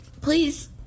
Please